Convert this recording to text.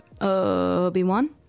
Obi-Wan